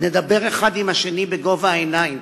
נדבר אחד עם השני בגובה העיניים